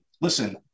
listen